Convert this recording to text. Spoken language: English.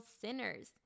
sinners